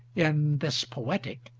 in this poetic,